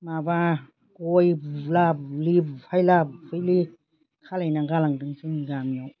माबा गय बुला बुलि बुफायला बुफायलि खालामना गालांदों जोंनि गामियाव